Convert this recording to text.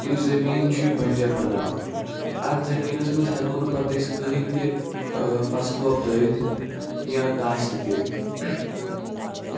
تہٕ یہِ زٔمیٖن چھُ یہِ بَنجَر بَناوان اَتھ زٔمیٖنَس منٛز ہٮ۪کَو نہٕ پَتہٕ أسۍ کٔہیٖنۍ تہِ فَصٕل وۄپدٲوِتھ یا کانہہ کاشتہٕ کٔرِتھ